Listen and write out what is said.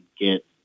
get